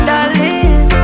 Darling